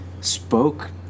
spoke